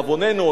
לדאבוננו,